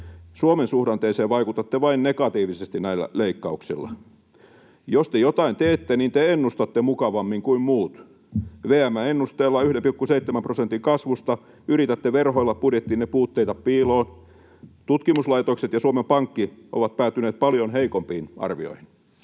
Suomen suhdanteeseen vaikutatte vain negatiivisesti näillä leikkauksilla. Jos te jotain teette, niin te ennustatte mukavammin kuin muut. VM:n ennusteella 1,7 prosentin kasvusta yritätte verhoilla budjettinne puutteita piiloon. Tutkimuslaitokset ja Suomen Pankki ovat päätyneet paljon heikompiin arvioihin.